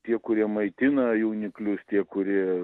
tie kurie maitina jauniklius tie kurie